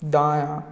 दायाँ